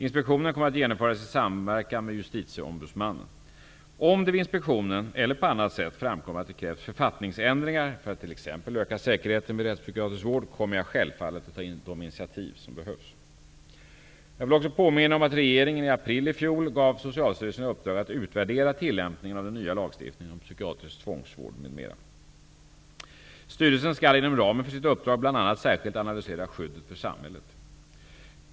Inspektionen kommer att genomföras i samverkan med Justitieombudsmannen. Om det vid inspektionen eller på annat sätt framkommer att det krävs författningsändringar för att t.ex. öka säkerheten vid rättspsykiatrisk vård, kommer jag självfallet att ta de initiativ som behövs. Jag vill också påminna om att regeringen i april 1992 gav Socialstyrelsen i uppdrag att utvärdera tillämpningen av den nya lagstiftningen om psykiatrisk tvångsvård m.m. Styrelsen skall inom ramen för sitt uppdrag bl.a. särskilt analysera skyddet för samhället.